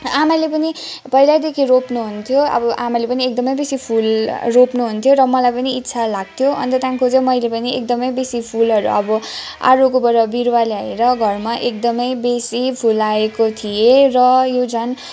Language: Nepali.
आमाले पनि पहिल्यैदेखि रोप्नुहुन्थ्यो अब आमाले पनि एकदमै बेसी फुल रोप्नुहुन्थ्यो मलाई इच्छा लाग्थ्यो अन्त त्यहाँदेखिको चाहिँ मैले पनि एकदमै बेसी फुलहरू अब अरूकोबाट बिरुवा ल्याएर घरमा एकदमै बेसी फुलाएको थिएँ र यो झन